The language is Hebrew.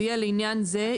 זה יהיה לעניין זה,